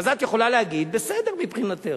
אז את יכולה להגיד, בסדר מבחינתך.